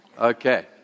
Okay